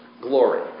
glory